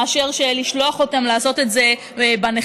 מאשר לשלוח אותם לעשות את זה בניכר.